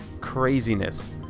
Craziness